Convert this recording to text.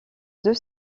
deux